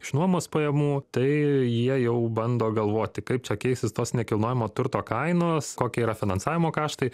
iš nuomos pajamų tai jie jau bando galvoti kaip čia keisis tos nekilnojamo turto kainos kokie yra finansavimo kaštai